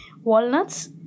walnuts